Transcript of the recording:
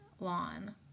lawn